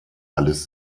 alles